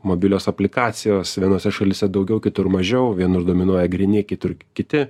mobilios aplikacijos vienose šalyse daugiau kitur mažiau vienur dominuoja gryni kitur kiti